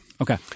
Okay